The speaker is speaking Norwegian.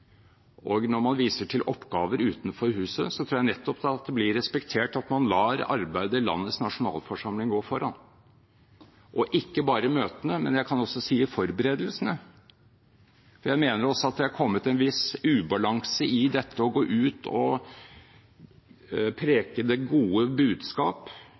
Stortinget. Når man viser til oppgaver utenfor huset, tror jeg nettopp det blir respektert at man lar arbeidet i landets nasjonalforsamling gå foran. Og ikke bare gjelder det møtene, men også forberedelsene. Jeg mener det har kommet en viss ubalanse i dette med å gå ut og preke det gode budskap